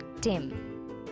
Tim